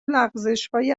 لغزشهای